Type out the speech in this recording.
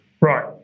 right